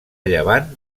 llevant